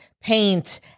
paint